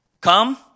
come